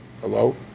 hello